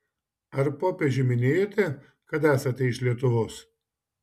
ar popiežiui minėjote kad esate iš lietuvos